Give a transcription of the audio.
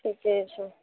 ठीके छै